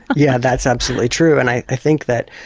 yeah that's absolutely true and i think that